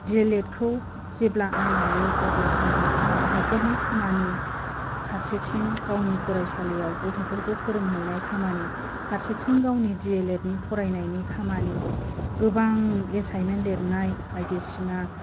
दि El एदखौ जेब्ला आं लायो अब्ला आंहा न'खरनि खामानि फारसेथिं गावनि फरायसालियाव गथ'फोरखौ फोरोंहैनाय खामानि फारसेथिं गावनि दि एल एदनि फरायनायनि खामानि गोबां एसाइनमेन्ट लिरनाय बायदिसिना